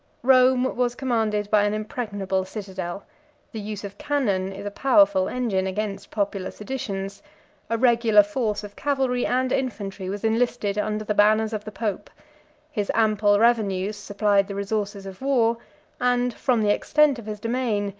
rome was commanded by an impregnable citadel the use of cannon is a powerful engine against popular seditions a regular force of cavalry and infantry was enlisted under the banners of the pope his ample revenues supplied the resources of war and, from the extent of his domain,